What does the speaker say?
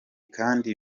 kandi